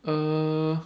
err